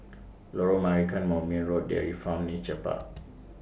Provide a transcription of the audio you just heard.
Lorong Marican Moulmein Road Dairy Farm Nature Park